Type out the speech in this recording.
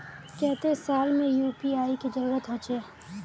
केते साल में यु.पी.आई के जरुरत होचे?